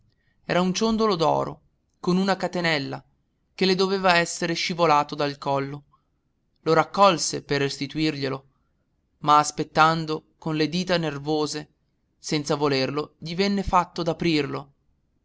era un ciondolo d'oro con una catenella che doveva esserle scivolato dal collo lo raccolse per restituirglielo ma aspettando con le dita nervose senza volerlo gli venne fatto d'aprirlo